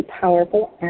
powerful